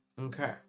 Okay